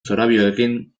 zorabioekin